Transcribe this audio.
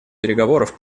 переговоров